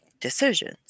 decisions